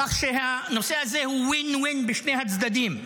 כך שהנושא הזה הוא win-win בין שני הצדדים,